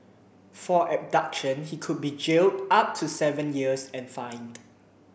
for abduction he could be jailed up to seven years and fined